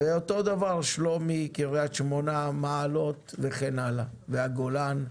אותו הדבר שלומי, קריית שמונה, מעלות, הגולן וכו'.